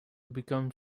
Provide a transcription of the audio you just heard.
become